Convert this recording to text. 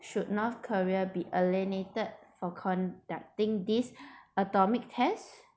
should north korea be eliminated for conducting this atomic test